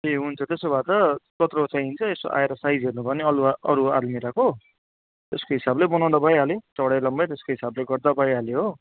ए हुन्छ त्यसो भए त कत्रो चाहिन्छ यसो आएर साइज हेर्नु भयो भने अलुवा अरू आलमिराको त्यसको हिसाबले बनाउँदा भइहाल्यो चौडाइ लम्बाइ त्यसको हिसाबले गर्दा भइहाल्यो हो